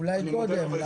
אולי קודם.